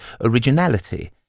originality